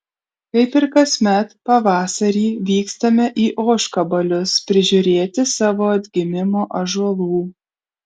kaip ir kasmet pavasarį vykstame į ožkabalius prižiūrėti savo atgimimo ąžuolų